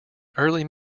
early